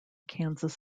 kansas